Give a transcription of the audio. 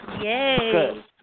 Yay